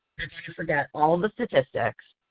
to forget all of the statistics.